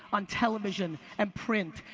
on television, and print,